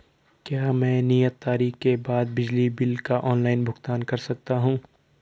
क्या मैं नियत तारीख के बाद बिजली बिल का ऑनलाइन भुगतान कर सकता हूं?